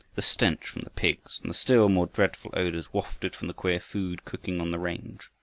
the stench from the pigs, and the still more dreadful odors wafted from the queer food cooking on the range,